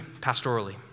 pastorally